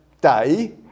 day